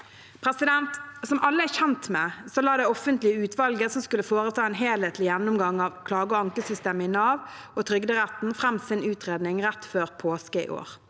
Som alle er kjent med, la det offentlige utvalget som skulle foreta en helhetlig gjennomgang av klage- og ankesystemet i Nav og Trygderetten, fram sin utredning rett før påske i år.